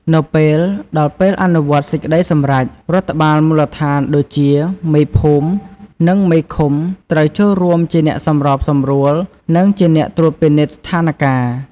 នៅពេលដល់ពេលអនុវត្តន៍សេចក្ដីសម្រេច រដ្ឋបាលមូលដ្ឋានដូចជា មេភូមិ និងមេឃុំ ត្រូវចូលរួមជាអ្នកសម្របសម្រួល និងជាអ្នកត្រួតពិនិត្យស្ថានការណ៍។